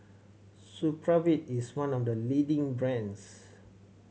supravit is one of the leading brands